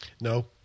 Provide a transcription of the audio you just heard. No